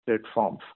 platforms